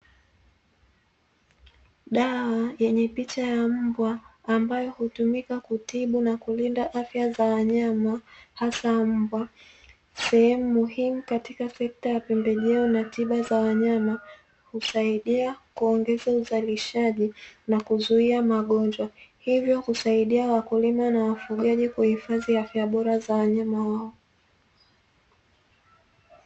Dawa yenye picha ya mbwa ambayo hutumika kutibu na kulinda afya za wanyama, hasa mbwa. Sehemu muhimu katika sekta ya pembejeo na tiba za wanyama, husaidia kuongeza uzalishaji, na kuzuia magongwa, hivyo kusaidia wakulima na wafugaji kuhifadhi afya bora za wanyama wao.